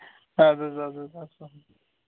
اَدٕ حظ اَدٕ حظ اسلامُ علیکم